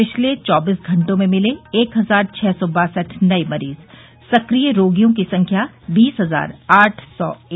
पिछले चौबीस घंटों में मिले एक हजार छह सौ बासठ नये मरीज सक्रिय रोगियों की संख्या बीस हजार आठ सौ एक